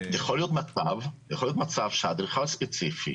יכול להיות מצב שאדריכל ספציפי,